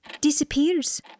disappears